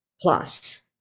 plus